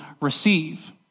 receive